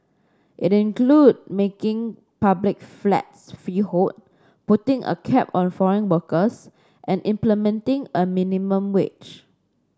it includes making public flats freehold putting a cap on foreign workers and implementing a minimum wage